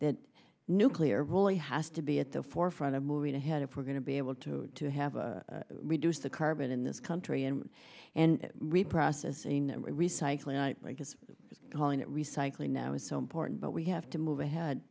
that nuclear really has to be at the forefront of moving ahead if we're going to be able to have reduced the carbon in this country and and reprocessing recycling i guess calling it recycling now is so important but we have to move ahead